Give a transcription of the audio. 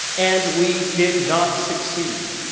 and we did not succeed.